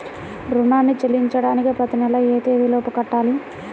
రుణాన్ని చెల్లించడానికి ప్రతి నెల ఏ తేదీ లోపు కట్టాలి?